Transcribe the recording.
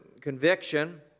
conviction